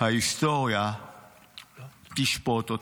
ההיסטוריה תשפוט אותו.